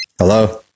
Hello